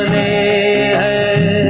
a